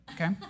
okay